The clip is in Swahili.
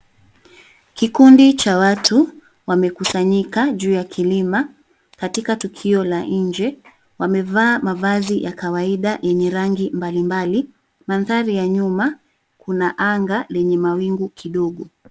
kikundi cha watu wamekusanyika juu ya kilima katika tukio la nje, wamevaa mavazi ya kawaida yenye rangi mbalimbali. Mandhari ya nyuma, kuna anga lenye mawingu kidogo.